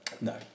no